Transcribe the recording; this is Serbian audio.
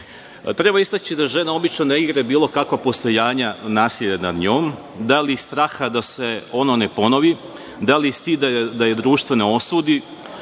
istaći da žena obično negira bilo kakva postojanja nasilja nad njom, da li iz straha da se ono ne ponovi, da li iz stida da je društvo ne osudi,